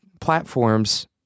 platforms